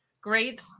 great